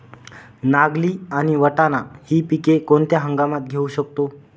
नागली आणि वाटाणा हि पिके कोणत्या हंगामात घेऊ शकतो?